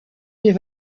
des